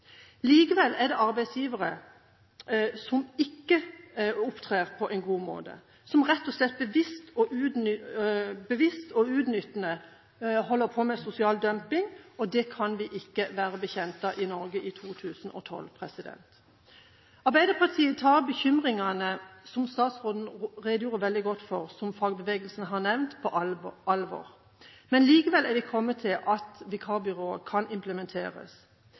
Likevel er det arbeidsgivere som ikke opptrer på en god måte, og som rett og slett bevisst og utnyttende holder på med sosial dumping. Det kan vi ikke være bekjent av i Norge i 2012. Arbeiderpartiet tar bekymringene, som statsråden redegjorde veldig godt for, og som fagbevegelsen har påpekt, på alvor. Likevel er vi kommet til at vikarbyrådirektivet kan implementeres.